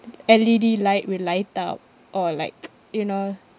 L_E_D light will light up or like you know